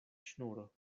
ŝnuro